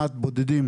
מעט בודדים,